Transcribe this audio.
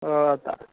ओऽ तऽ